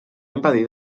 impedir